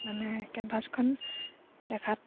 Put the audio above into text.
মানে কেনভাছখন দেখাত